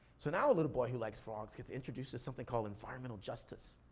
so now a little boy who likes frogs gets introduced to something called environmental justice.